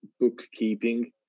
bookkeeping